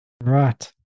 Right